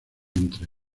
entre